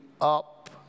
up